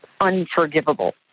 unforgivable